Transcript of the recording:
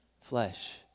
flesh